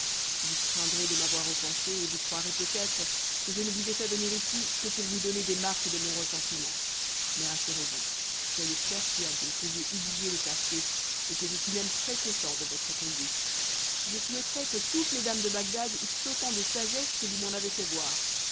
vous craindrez de m'avoir offensé et vous croirez peutêtre que je ne vous ai fait venir ici que pour vous donner des marques de mon ressentiment mais rassurez-vous soyez persuadées que j'ai oublié le passé et que je suis même très-content de votre conduite je souhaiterais que toutes les dames de bagdad eussent autant de sagesse que vous m'en avez fait voir